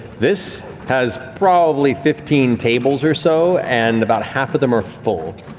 this has probably fifteen tables or so and about half of them are full.